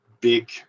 big